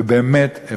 ובאמת,